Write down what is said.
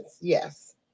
Yes